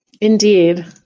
indeed